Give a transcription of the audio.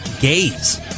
gays